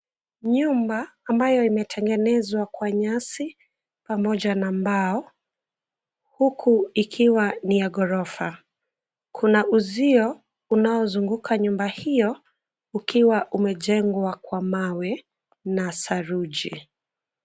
Nyumba ambayo imetengenezwa kwa nyasi, pamoja na mbao, huku ikiwa ni ya ghorofa. Kuna uzio unaozunguka nyumba hiyo, ukiwa umejengwa kwa mawe, na saruji.